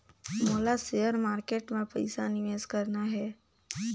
मोला share market मां पइसा निवेश करना हे?